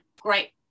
great